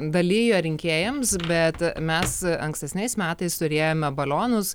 dalijo rinkėjams bet mes ankstesniais metais turėjome balionus